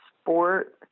sport